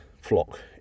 flock